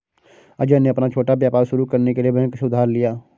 अजय ने अपना छोटा व्यापार शुरू करने के लिए बैंक से उधार लिया